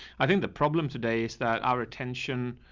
i think the problem today is that our attention